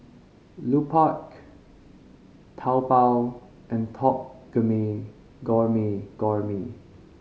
Lupark Taobao and Top Gourmet